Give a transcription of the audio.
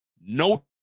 no